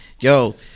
Yo